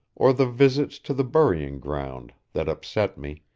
or the visits to the burying-ground, that upset me,